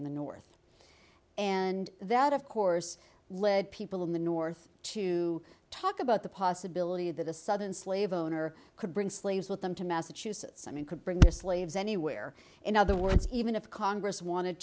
in the north and that of course led people in the north to talk about the possibility that the southern slave owner could bring slaves with them to massachusetts i mean could bring the slaves anywhere in other words even if congress wanted